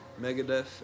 Megadeth